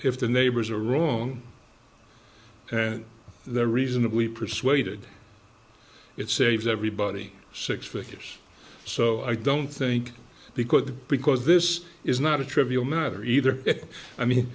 if the neighbors are wrong and they're reasonably persuaded it saves everybody six figures so i don't think because the because this is not a trivial matter either i mean